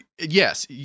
yes